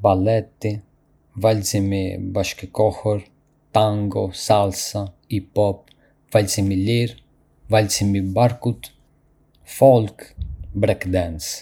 Ka shumë lloje vallëzimi, si baleti, vallëzimi bashkëkohor, tango, salsa, hip hop, vallëzim i lirë, vallëzim i barkut, vallëzim folklorik dhe break dance. Çdo stil vallëzimi ka karakteristikat dhe teknikat e tij unike.